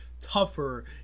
tougher